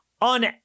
On